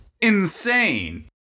insane